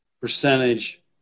percentage